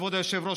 כבוד היושב-ראש,